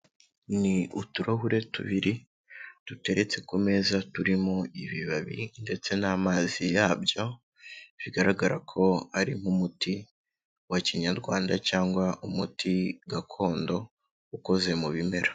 Ni uturahure tubiri duteretse ku meza turimo ibibabi ndetse n'amazi yabyo, bigaragara ko ari nk'umuti wa kinyarwanda cyangwa umuti gakondo ukoze mu bimera.